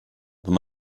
wenn